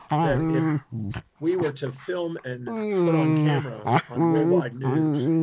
that if we were to film and put on camera on worldwide news,